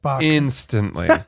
instantly